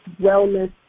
wellness